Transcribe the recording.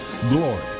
glory